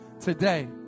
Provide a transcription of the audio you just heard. today